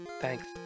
Thanks